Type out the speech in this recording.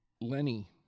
Lenny